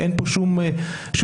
אין פה שום חשיבה,